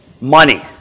Money